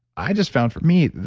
i just found for me,